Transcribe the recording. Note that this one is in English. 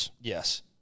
yes